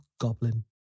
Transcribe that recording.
goblin